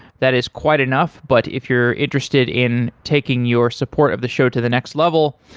that is quite enough, but if you're interested in taking your support of the show to the next level,